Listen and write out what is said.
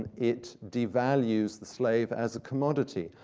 it devalues the slave as a commodity.